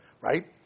Right